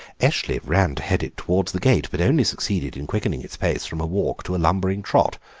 eshley ran to head it towards the gate, but only succeeded in quickening its pace from a walk to a lumbering trot.